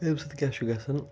تَمہِ سۭتۍ کیٛاہ چھُ گژھان